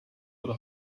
uhr